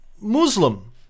Muslim